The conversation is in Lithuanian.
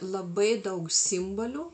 labai daug simbolių